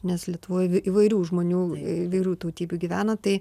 nes lietuvoj įvairių žmonių įvairių tautybių gyvena tai